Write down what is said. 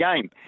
game